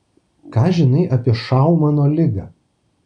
ką žinai apie šaumano ligą